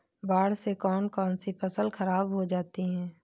बाढ़ से कौन कौन सी फसल खराब हो जाती है?